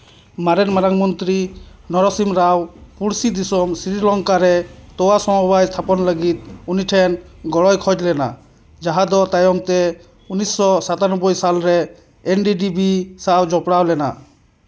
ᱢᱟᱨᱮᱱ ᱢᱟᱨᱟᱝ ᱢᱚᱱᱛᱨᱤ ᱱᱚᱨᱚᱥᱤᱢ ᱨᱟᱣ ᱯᱩᱲᱥᱤ ᱫᱤᱥᱚᱢ ᱥᱨᱤᱞᱚᱝᱠᱟ ᱨᱮ ᱛᱚᱣᱟ ᱥᱚᱢᱚᱵᱟᱭ ᱛᱷᱟᱯᱚᱱ ᱞᱟᱹᱜᱤᱫ ᱩᱱᱤᱴᱷᱮᱱ ᱜᱚᱲᱚᱭ ᱠᱷᱚᱡᱽ ᱞᱮᱱᱟ ᱡᱟᱦᱟᱸ ᱫᱚ ᱛᱟᱭᱚᱢ ᱛᱮ ᱩᱱᱤᱥᱥᱚ ᱥᱟᱛᱟᱱᱚᱵᱵᱳᱭ ᱥᱟᱞᱨᱮ ᱮᱱ ᱰᱤ ᱰᱤ ᱵᱤ ᱥᱟᱶ ᱡᱚᱯᱲᱟᱣ ᱞᱮᱱᱟ